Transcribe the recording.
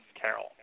Carol